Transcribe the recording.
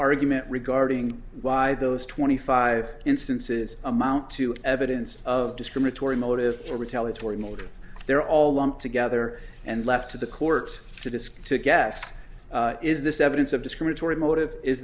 argument regarding why those twenty five instances amount to evidence of discriminatory motive for retaliatory military they're all lumped together and left to the courts to disc to guess is this evidence of discriminatory motive is